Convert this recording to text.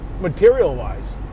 Material-wise